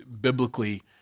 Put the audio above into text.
biblically